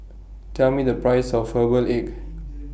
Tell Me The Price of Herbal Egg